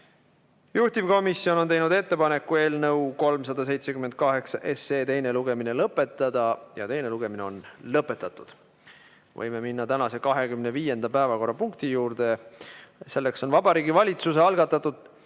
Juhtivkomisjon on teinud ettepaneku eelnõu 378 teine lugemine lõpetada. Teine lugemine on lõpetatud. Võime minna tänase 25. päevakorrapunkti juurde. See on Vabariigi Valitsuse algatatud